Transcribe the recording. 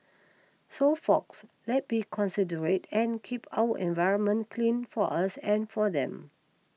so folks let's be considerate and keep our environment clean for us and for them